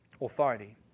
authority